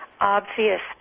obvious